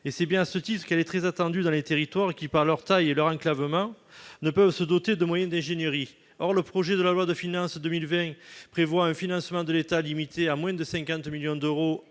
et c'est bien ce type qu'elle est très attendue dans les territoires qui, par leur taille et leur enclavement ne peut se doter de moyens d'ingénierie, or le projet de la loi de finances 2020 prévoit un financement de l'État limité à moins de 50 millions d'euros